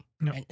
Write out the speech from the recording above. No